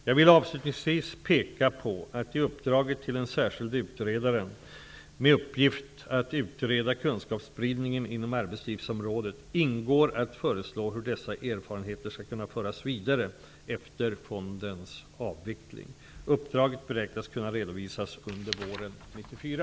Jag vill avslutningsvis peka på att i uppdraget till den särskilde utredaren med uppgift att utreda kunskapsspridningen inom arbetslivsområdet ingår att föreslå hur dessa erfarenheter skall kunna föras vidare efter fondens avveckling. Uppdraget beräknas kunna redovisas under våren 1994.